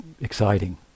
exciting